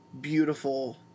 beautiful